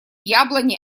яблони